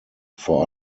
vor